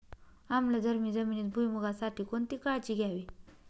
आम्लधर्मी जमिनीत भुईमूगासाठी कोणती काळजी घ्यावी?